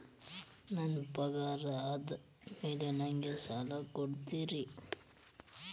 ನನ್ನ ಪಗಾರದ್ ಮೇಲೆ ನಂಗ ಸಾಲ ಕೊಡ್ತೇರಿ?